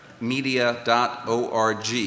Media.org